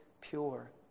pure